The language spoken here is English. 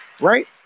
Right